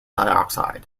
dioxide